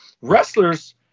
wrestlers